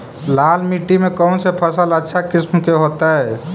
लाल मिट्टी में कौन से फसल अच्छा किस्म के होतै?